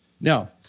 Now